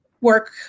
work